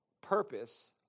purpose